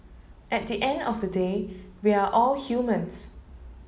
at the end of the day we are all humans